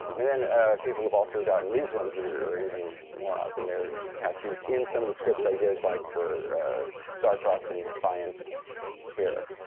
and then people have also gotten these ones are even more awesome. they're tattoos in some of the scripts i did like for star-crossed and defiance here.